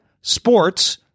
sports